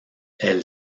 elle